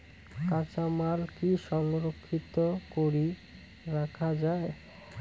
কাঁচামাল কি সংরক্ষিত করি রাখা যায়?